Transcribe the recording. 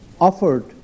offered